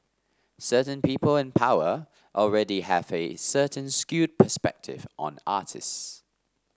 certain people in power already have a certain skewed perspective on artists